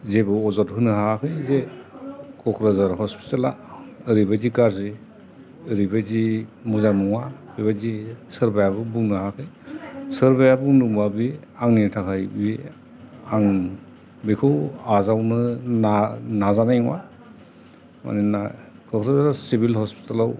जेबो अजद होनो हायाखै जे क'क्राझार हस्पिटेल आ ओरैबादि गाज्रि ओरैबादि मोजां नङा बे बादि सोरबायाबो बुंनो हायाखै सोरबाया बुंदोंबा बे आंनि थाखाय बे आं बेखौ आजावनो नाजानाय नङा मानोना क'क्राझाराव सिभिल हस्पिटेलाव